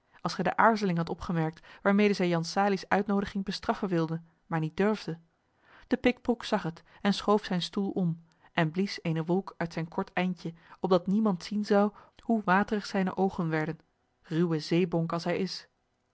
als gij de aarzeling had opgemerkt waarmede zij jan salie's uitnoodiging bestraffen wilde maar niet durfde de pikbroek zag het en schoof zijn stoel om en blies eene wolk uit zijn kort eindje opdat niemand zien zou hoe waterig zijne oogen werden ruwe zeebonk als hij is